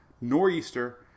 Nor'easter